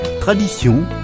Tradition